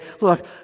look